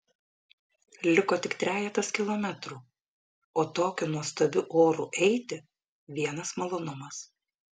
liko tik trejetas kilometrų o tokiu nuostabiu oru eiti vienas malonumas